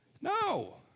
No